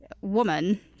woman